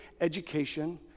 education